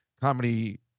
comedy